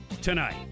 tonight